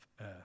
earth